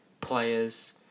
players